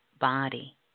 body